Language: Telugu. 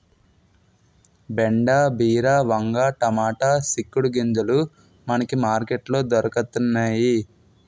బెండ బీర వంగ టమాటా సిక్కుడు గింజలు మనకి మార్కెట్ లో దొరకతన్నేయి